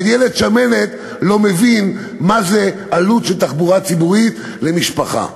אבל ילד שמנת לא מבין מה זה עלות של תחבורה ציבורית למשפחה.